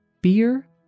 Beer